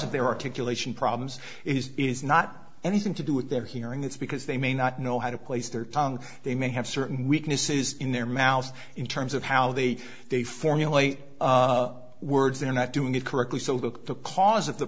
of their articulation problems is is not anything to do with their hearing that's because they may not know how to place their tongue they may have certain weaknesses in their mouths in terms of how they they formulate words they're not doing it correctly so look the cause of the